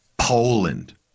Poland